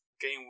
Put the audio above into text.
game